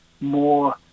more